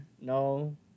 no